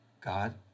God